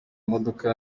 imodoka